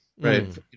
Right